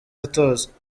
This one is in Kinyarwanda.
atoza